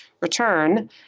return